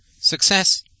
success